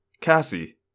Cassie